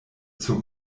zur